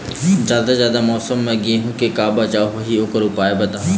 जादा जाड़ा मौसम म गेहूं के का बचाव होही ओकर उपाय बताहा?